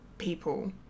people